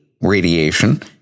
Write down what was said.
radiation